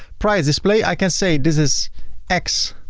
price display i can say this is ex.